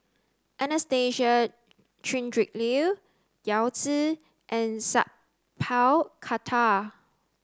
Anastasia Tjendri Liew Yao Zi and Sat Pal Khattar